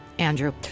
Andrew